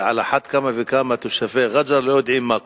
ועל אחת כמה וכמה כשתושבי רג'ר לא יודעים מה קורה.